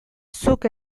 zuk